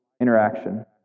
interaction